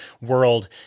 world